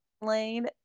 lane